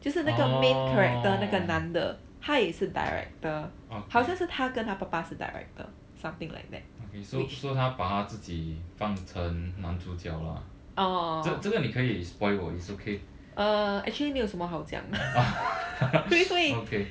orh okay okay so so 他把他自己放成男主角 lah 这这个你可以 spoil 我 it's okay okay